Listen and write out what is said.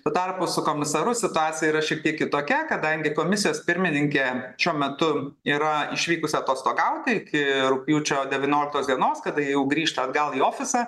tuo tarpu su komisaru situacija yra šiek tiek kitokia kadangi komisijos pirmininkė šiuo metu yra išvykus atostogauti iki rugpjūčio devynioliktos dienos kada jau grįžta atgal į ofisą